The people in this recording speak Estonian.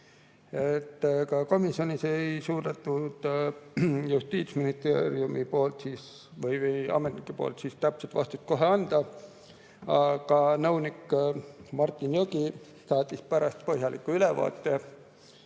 Komisjonis ei suudetud Justiitsministeeriumi poolt või ametnike poolt täpset vastust kohe anda. Aga nõunik Martin Jõgi saatis pärast põhjaliku ülevaate